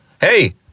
Hey